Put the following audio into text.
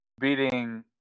beating